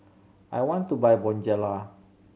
I want to buy Bonjela